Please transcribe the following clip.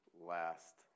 last